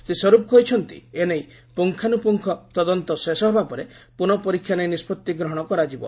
ଶ୍ରୀ ସ୍ୱରୂପ କହିଛନ୍ତି ଏ ନେଇ ପୁଙ୍ଗାନୁପୁଙ୍ଗ ତଦନ୍ତ ଶେଷ ହେବା ପରେ ପୁନଃ ପରୀକ୍ଷା ନେଇ ନିଷ୍କଭି ଗ୍ରହଣ କରାଯିବ